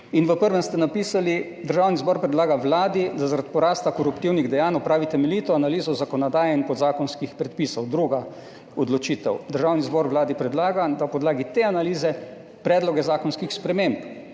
in v prvem ste napisali: Državni zbor predlaga Vladi, da zaradi porasta koruptivnih dejanj opravi temeljito analizo zakonodaje in podzakonskih predpisov. Druga odločitev: Državni zbor Vladi predlaga na podlagi te analize predloge zakonskih sprememb.